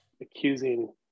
accusing